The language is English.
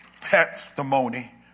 testimony